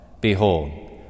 Behold